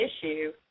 issue –